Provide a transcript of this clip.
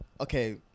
okay